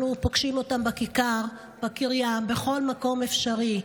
אנחנו פוגשים אותן בכיכר, בקריה, בכל מקום אפשרי.